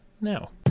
now